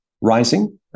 rising